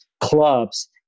clubs